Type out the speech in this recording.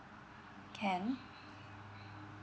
can